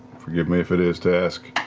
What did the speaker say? forgive me if it is, to ask